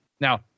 Now